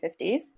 1950s